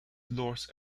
los